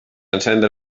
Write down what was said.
encendre